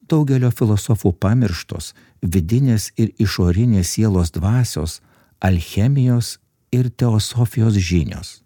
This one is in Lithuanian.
daugelio filosofų pamirštos vidinės ir išorinės sielos dvasios alchemijos ir teosofijos žinios